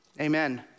amen